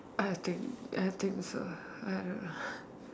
I think I think so I don't know